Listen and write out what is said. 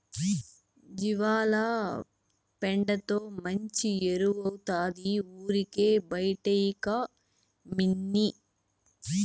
జీవాల పెండతో మంచి ఎరువౌతాది ఊరికే బైటేయకమ్మన్నీ